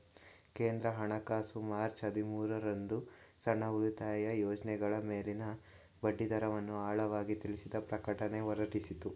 ಕೇಂದ್ರ ಹಣಕಾಸು ಮಾರ್ಚ್ ಹದಿಮೂರು ರಂದು ಸಣ್ಣ ಉಳಿತಾಯ ಯೋಜ್ನಗಳ ಮೇಲಿನ ಬಡ್ಡಿದರವನ್ನು ಆಳವಾಗಿ ತಿಳಿಸಿದ ಪ್ರಕಟಣೆ ಹೊರಡಿಸಿತ್ತು